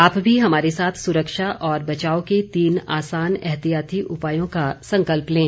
आप भी हमारे साथ सुरक्षा और बचाव के तीन आसान एहतियाती उपायों का संकल्प लें